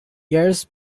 years